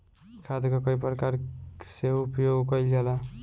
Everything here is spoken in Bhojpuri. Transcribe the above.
खाद कअ कई प्रकार से उपयोग कइल जाला